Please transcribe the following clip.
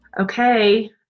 Okay